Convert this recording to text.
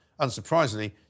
Unsurprisingly